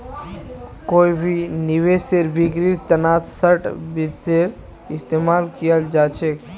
कोई भी निवेशेर बिक्रीर तना शार्ट वित्तेर इस्तेमाल कियाल जा छेक